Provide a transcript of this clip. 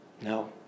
No